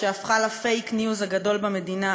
שהפכה ל-fake news הגדול במדינה,